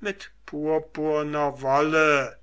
mit purpurner wolle